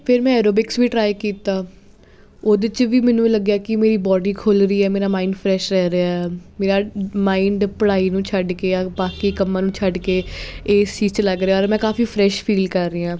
ਫਿਰ ਮੈਂ ਐਰੋਵਿਕਸ ਵੀ ਟਰਾਈ ਕੀਤਾ ਉਹਦੇ 'ਚ ਵੀ ਮੈਨੂੰ ਲੱਗਿਆ ਕਿ ਮੇਰੀ ਬਾਡੀ ਖੁੱਲ੍ਹ ਰਹੀ ਹੈ ਮੇਰਾ ਮਾਈਂਡ ਫਰੈਸ਼ ਰਹਿ ਰਿਹਾ ਮੇਰਾ ਮਾਈਂਡ ਪੜ੍ਹਾਈ ਨੂੰ ਛੱਡ ਕੇ ਜਾਂ ਬਾਕੀ ਕੰਮਾਂ ਨੂੰ ਛੱਡ ਕੇ ਇਸ ਚੀਜ਼ ਲੱਗ ਰਿਹਾ ਔਰ ਮੈਂ ਕਾਫੀ ਫਰਿਸ਼ ਫੀਲ ਕਰ ਰਹੀ ਹਾਂ